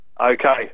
Okay